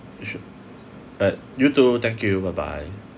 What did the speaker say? sure uh you too thank you bye bye